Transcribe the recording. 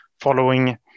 following